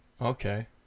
okay